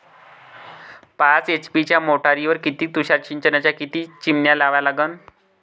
पाच एच.पी च्या मोटारीवर किती तुषार सिंचनाच्या किती चिमन्या लावा लागन?